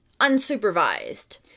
unsupervised